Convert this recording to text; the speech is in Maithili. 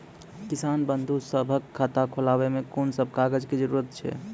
किसान बंधु सभहक खाता खोलाबै मे कून सभ कागजक जरूरत छै?